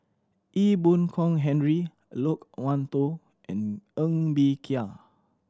Ee Boon Kong Henry Loke Wan Tho and Ng Bee Kia